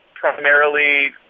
primarily